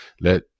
let